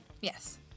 Yes